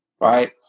right